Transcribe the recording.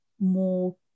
more